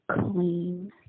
clean